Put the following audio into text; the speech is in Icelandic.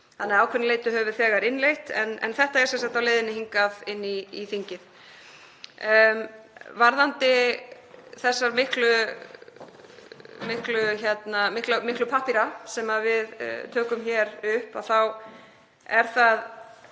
Þannig að ákveðnu leyti höfum við þegar innleitt þetta en þetta er sem sagt á leiðinni hingað inn í þingið. Varðandi þessa miklu pappíra sem við tökum hér upp, þá er það